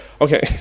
okay